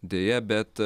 deja bet